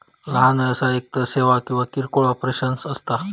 लहान व्यवसाय एकतर सेवा किंवा किरकोळ ऑपरेशन्स असता